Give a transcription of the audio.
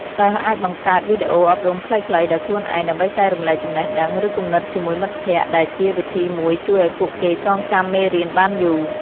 សិស្សអាចបង្កើត វីដេអូអប់រំខ្លីៗ ដោយខ្លួនឯង ដើម្បីចែករំលែកចំណេះដឹង ឬគំនិតជាមួយមិត្តភក្តិ ដែលជាវិធីមួយជួយឲ្យពួកគេចងចាំមេរៀនបានយូរ។